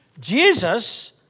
Jesus